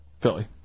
Philly